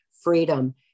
freedom